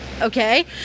Okay